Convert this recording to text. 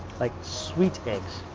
like sweet eggs.